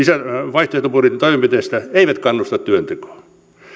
vaihtoehtobudjetin toimenpiteistä eivät kannusta työntekoon